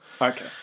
Okay